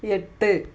എട്ട്